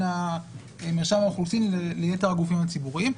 מרשם האוכלוסין לייתר הגופים הציבוריים.